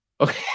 Okay